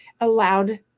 allowed